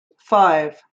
five